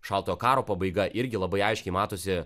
šaltojo karo pabaiga irgi labai aiškiai matosi